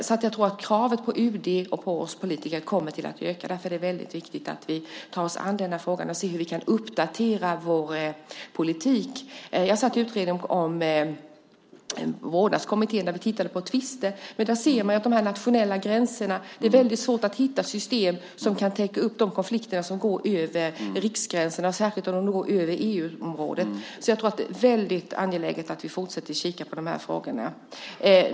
Så jag tror att kravet på UD och på oss politiker kommer att öka. Därför är det väldigt viktigt att vi tar oss an den här frågan och ser hur vi kan uppdatera vår politik. Jag satt i Vårdnadskommittén där vi tittade på tvister och de nationella gränserna. Det är väldigt svårt att hitta system som kan täcka upp de konflikter som så att säga går över riksgränserna, särskilt om de når över EU-området. Jag tycker att det är väldigt angeläget att vi fortsätter att se på de här frågorna.